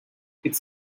its